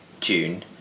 June